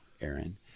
Aaron